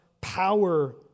power